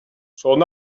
son